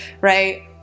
right